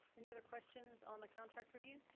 any other questions on the contract review?